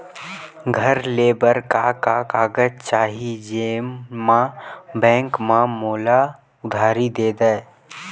घर ले बर का का कागज चाही जेम मा बैंक हा मोला उधारी दे दय?